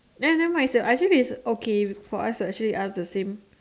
then never mind I think its okay for us to ask the same question